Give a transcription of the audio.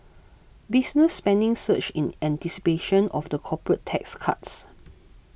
business spending surged in anticipation of the corporate tax cuts